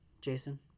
Jason